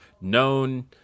known